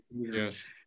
Yes